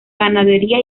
ganadería